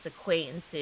acquaintances